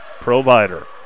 provider